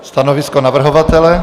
Stanovisko navrhovatele?